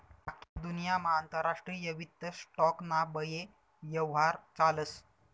आख्खी दुन्यामा आंतरराष्ट्रीय वित्त स्टॉक ना बये यव्हार चालस